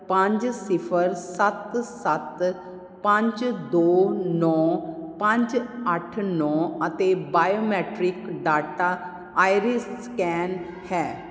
ਪੰਜ ਸਿਫ਼ਰ ਸੱਤ ਸੱਤ ਪੰਜ ਦੋ ਨੌਂ ਪੰਜ ਅੱਠ ਨੌਂ ਅਤੇ ਬਾਇਓਮੈਟ੍ਰਿਕ ਡਾਟਾ ਆਈਰ ਸਕੈਨ ਹੈ